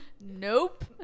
Nope